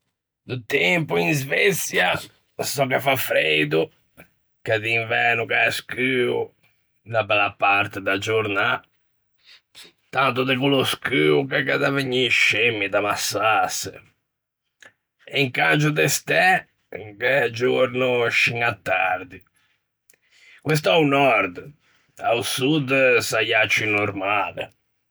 Do tempo in Sveçia sò che fa freido, che d'inverno gh'é scuo unna bella parte da giornâ, tanto de quello scuo che gh'é da vegnî scemmi, d'ammassase, e incangio de stæ gh'é giorno scin à tardi. Questo a-o nòrd; a-o sud saià ciù normale.